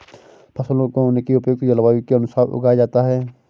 फसलों को उनकी उपयुक्त जलवायु के अनुसार उगाया जाता है